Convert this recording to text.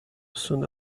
soon